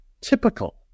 typical